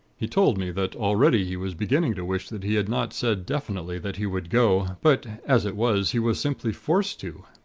he told me that, already, he was beginning to wish that he had not said definitely that he would go but, as it was, he was simply forced to.